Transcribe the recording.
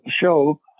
show